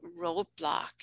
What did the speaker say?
roadblock